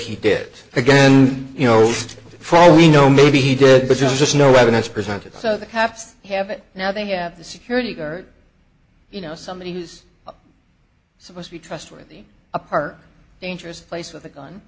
he did it again you know for all we know maybe he did but there's no evidence presented so the cops have it now they have the security guard you know somebody who's supposed to be trustworthy apart dangerous place with a